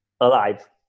Alive